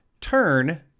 turn